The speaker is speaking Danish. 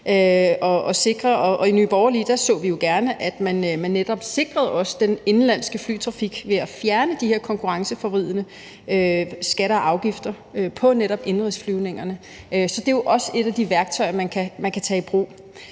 i Nye Borgerlige så vi jo gerne, at man netop sikrede også den indenlandske flytrafik ved at fjerne de her konkurrenceforvridende skatter og afgifter på netop indenrigsflyvningerne. Så det er jo også et af de værktøjer, man kan tage i brug.